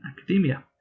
academia